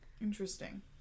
interesting